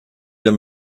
him